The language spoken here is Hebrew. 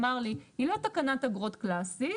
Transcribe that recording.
אמר לי היא לא תקנת אגרות קלאסית,